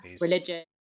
religion